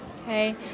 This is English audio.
Okay